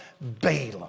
Balaam